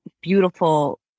beautiful